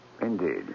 Indeed